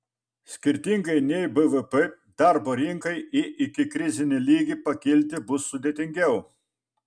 skirtingai nei bvp darbo rinkai į ikikrizinį lygį pakilti bus sudėtingiau